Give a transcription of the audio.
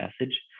message